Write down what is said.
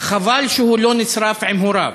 חבל שהוא לא נשרף עם הוריו,